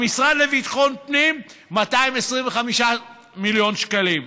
המשרד לביטחון הפנים, 225 מיליון שקלים.